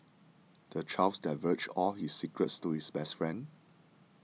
the child divulged all his secrets to his best friend